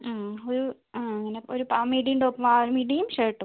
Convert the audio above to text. ഒരു ആ പിന്നെ ഒരു മിഡിയും ടോപ്പും ആ മിഡിയും ഷേർട്ടും